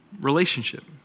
relationship